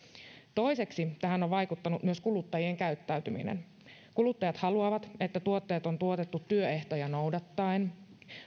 toiseksi tähän on vaikuttanut myös kuluttajien käyttäytyminen kuluttajat haluavat että tuotteet on tuotettu työehtoja noudattaen